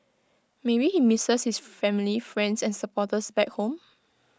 maybe he misses his family friends and supporters back home